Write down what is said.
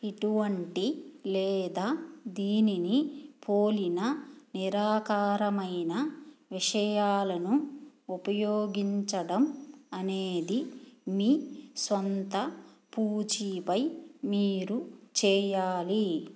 ఇటువంటి లేదా దీనిని పోలిన నిరాకారమైన విషయాలను ఉపయోగించడం అనేది మీ స్వంత పూచీపై మీరు చేయాలి